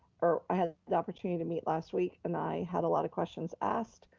or i had an opportunity to meet last week and i had a lot of questions asked,